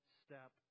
step